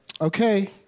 Okay